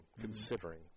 considering